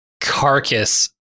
carcass